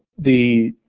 the